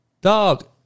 Dog